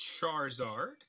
Charizard